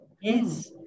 Yes